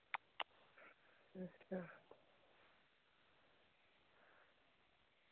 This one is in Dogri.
अं